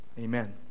Amen